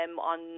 on